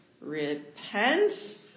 repent